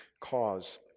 cause